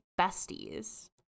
besties